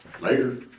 Later